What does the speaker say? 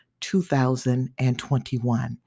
2021